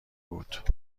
بود